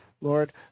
Lord